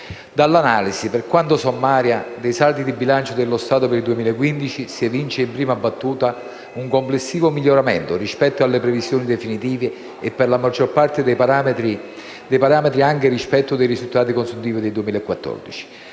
Dall'analisi, per quanto sommaria, dei saldi di bilancio dello Stato per il 2015 si evince in prima battuta un complessivo miglioramento rispetto alle previsioni definitive per la maggior parte dei parametri, anche rispetto ai risultati consuntivi del 2014.